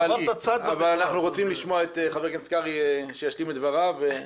אבל אנחנו רוצים לשמוע את חבר הכנסת קרעי שישלים את דבריו.